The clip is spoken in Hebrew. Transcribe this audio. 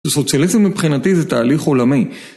סוציאליזם מבחינתי זה תהליך עולמי